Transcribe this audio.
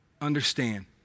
understand